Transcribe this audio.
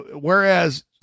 whereas